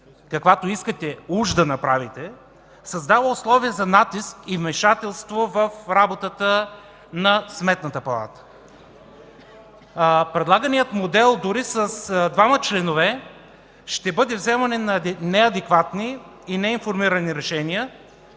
каквато искате уж да направите, създава условия за натиск и вмешателство в работата на Сметната палата. Предлаганият модел дори с двама членове ще бъде вземане на неадекватни и неинформирани решения,